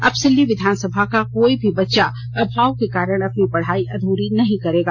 अब सिल्ली विधानसभा का कोई भी बच्चा अभाव के कारण अपनी पढ़ाई अधूरी नहीं करेगा